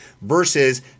versus